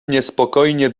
niespokojnie